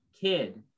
kid